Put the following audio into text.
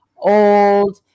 Old